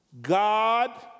God